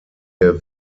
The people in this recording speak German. der